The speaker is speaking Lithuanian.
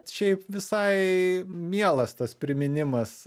šiaip visai mielas tas priminimas